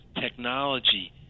technology